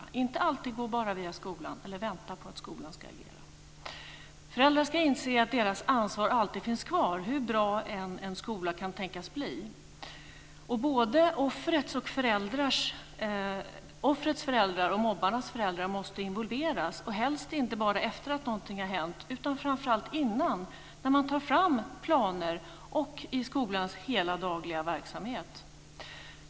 De ska inte alltid bara gå via skolan eller vänta på att skolan ska agera. Föräldrar ska inse att deras ansvar alltid finns kvar hur bra en skola än kan tänkas bli. Både offrets och mobbarnas föräldrar måste involveras, och helst inte bara efter att någonting har hänt utan framför allt innan när man tar fram planer och i skolans hela dagliga verksamhet.